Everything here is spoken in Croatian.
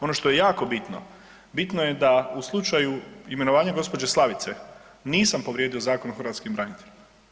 Ono što je jako bitno, bitno je da u slučaju imenovanja gđe. Slavice nisam povrijedio Zakon o hrvatskim braniteljima.